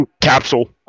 capsule